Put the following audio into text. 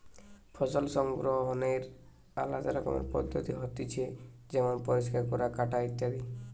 ফসল সংগ্রহনের আলদা রকমের পদ্ধতি হতিছে যেমন পরিষ্কার করা, কাটা ইত্যাদি